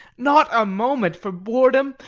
not a moment for boredom.